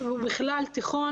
ובכלל לתיכון.